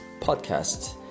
podcast